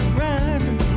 rising